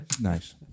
Nice